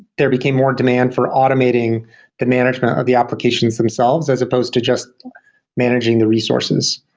there became more demand for automating the management of the applications themselves as opposed to just managing the resources.